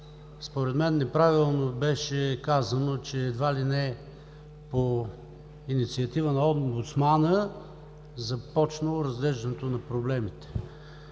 според мен неправилно беше казано, че едва ли не по инициатива на омбудсмана е започнало разглеждането на проблемите.